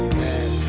Amen